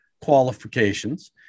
qualifications